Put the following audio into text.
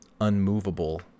unmovable